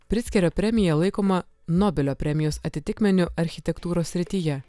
pritzkerio premija laikoma nobelio premijos atitikmeniu architektūros srityje